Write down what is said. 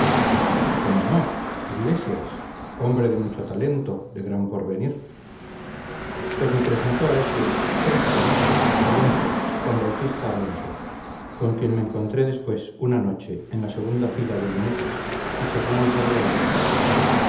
cómo no iglesias hombre de mucho talento de gran porvenir pues me presentó a ese cómo se llama alonso juan bautista alonso con quien me encontré después una noche en la segunda fila de lunetas y charlamos algo de literatura